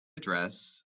address